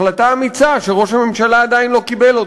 החלטה אמיצה שראש הממשלה עדיין לא קיבל,